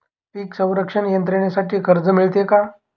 पीक संरक्षण यंत्रणेसाठी कर्ज मिळते का?